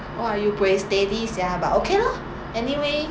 !wah! you buay steady sia but okay lah anyway